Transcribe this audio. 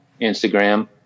Instagram